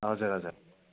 हजुर हजुर